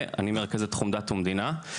ואני מרכז את תחום דת ומדינה.